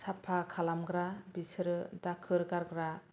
साफा खालामग्रा बिसोरो दाखोर गारग्रा